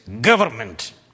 government